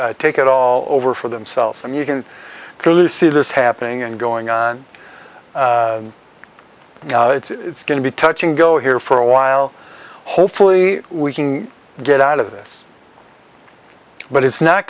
take it all over for themselves and you can clearly see this happening and going on and it's going to be touching go here for a while hopefully we can get out of this but it's not